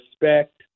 respect